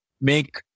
make